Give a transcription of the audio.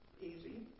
Easy